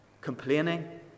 complaining